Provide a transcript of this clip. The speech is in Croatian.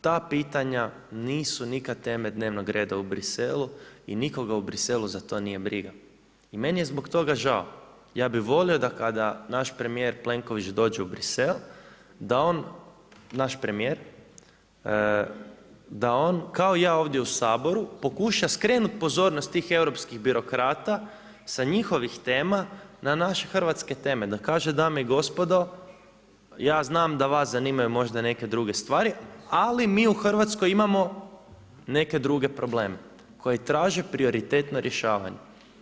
Ta pitanja nisu nikad teme dnevnog reda u Briselu i nikoga u Briselu za to nije briga i meni je zbog toga žao, ja bi volio da kada naš premijer Plenković dođe u Brisel, da on, naš premijer, da on, kao ja ovdje u Saboru, pokuša skrenuti pozornost tih europskih birokrata sa njihovih tema, na naše hrvatske teme, da kaže, dame i gospodo, ja znam da vas zanimaju možda neke druge stvari, ali mi u Hrvatskoj imamo neke druge probleme koji traže prioritetna rješavanja.